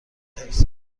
حفظ